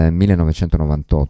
1998